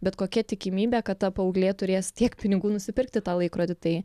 bet kokia tikimybė kad ta paauglė turės tiek pinigų nusipirkti tą laikrodį tai